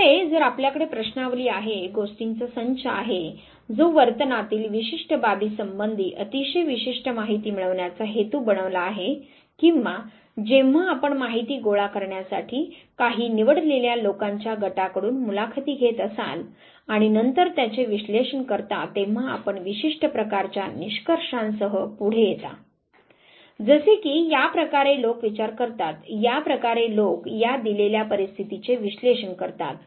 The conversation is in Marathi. जसे जर आपल्याकडे प्रश्नावली आहे गोष्टींचा संच आहे जो वर्तना तील विशिष्ट बाबी संबंधी अतिशय विशिष्ट माहिती मिळविण्याचा हेतू बनवला आहे किंवा जेव्हा आपण माहिती गोळा करण्यासाठी काही निवडलेल्या लोकांच्या गटाकडून मुलाखती घेत असाल आणि नंतर त्याचे विश्लेषण करता तेंव्हा आपण विशिष्ट प्रकारच्या निष्कर्षांसाह पुढे येता जसे की या प्रकारे लोक विचार करतात या प्रकारे लोक या दिलेल्या परिस्थितीचे विश्लेषण करतात